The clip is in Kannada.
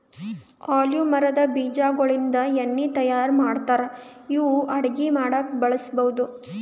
ಆಲಿವ್ ಮರದ್ ಬೀಜಾಗೋಳಿಂದ ಎಣ್ಣಿ ತಯಾರ್ ಮಾಡ್ತಾರ್ ಇದು ಅಡಗಿ ಮಾಡಕ್ಕ್ ಬಳಸ್ಬಹುದ್